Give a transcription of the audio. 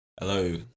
Hello